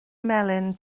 melyn